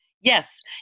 Yes